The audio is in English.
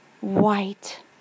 white